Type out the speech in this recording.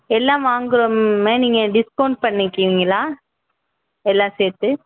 எல்லாம் வாங்குறோமே நீங்கள் டிஸ்கவுண்ட் பண்ணுக்குவீங்களா எல்லாம் சேர்த்து